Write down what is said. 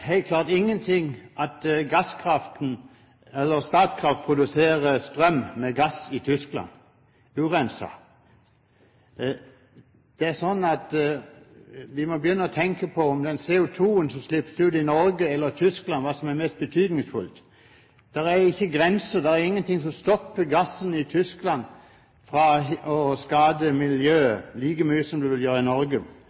klart ingenting at Statkraft produserer strøm med gass i Tyskland – urenset. Vi må begynne å tenke på hva som er mest betydningsfullt – den CO2-en som slippes ut i Norge eller i Tyskland? Det er ingen grenser, det er ingenting som stopper gassen i Tyskland fra å skade miljøet like mye som den ville gjøre i Norge. Og